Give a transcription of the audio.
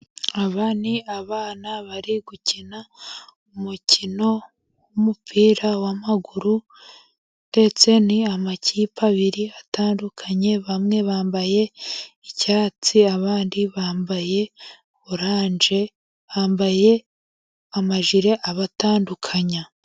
Aba ni abana bari gukina umukino w'umupira w'amaguru, ndetse ni amakipe abiri atandukanye, bamwe bambaye icyatsi, abandi bambaye oranje, bambaye amajire abatandukanya.